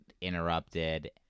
interrupted